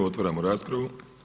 Otvaram raspravu.